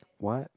what